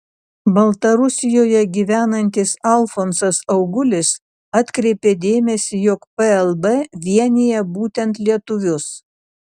baltarusijoje gyvenantis alfonsas augulis atkreipė dėmesį jog plb vienija būtent lietuvius